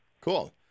Cool